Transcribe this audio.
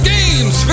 Games